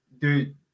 dude